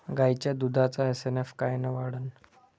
गायीच्या दुधाचा एस.एन.एफ कायनं वाढन?